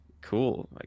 cool